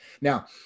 Now